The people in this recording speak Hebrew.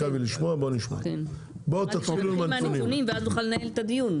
בואו נתחיל עם הנתונים דווקא ואז נוכל לנהל את הדיון.